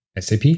SAP